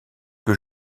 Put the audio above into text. que